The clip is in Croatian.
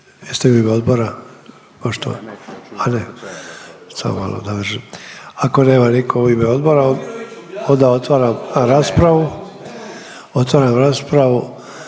A ne, samo malo, ako nema nitko u ime odbora onda otvaram raspravu. Otvaram raspravu,